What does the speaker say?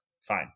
fine